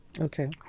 okay